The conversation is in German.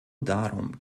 darum